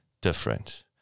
different